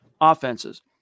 offenses